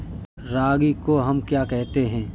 रागी को हम क्या कहते हैं?